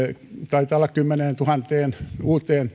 taitaa olla kymmeneentuhanteen uuteen